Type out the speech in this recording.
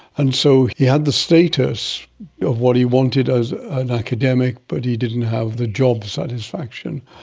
and so he had the status of what he wanted as an academic but he didn't have the job satisfaction.